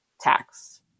tax